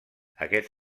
aquests